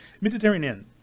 Mediterranean